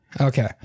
Okay